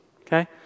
okay